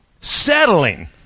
settling